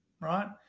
right